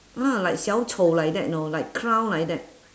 ah like 小丑 like that you know like clown like that